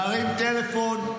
להרים טלפון,